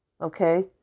Okay